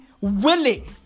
willing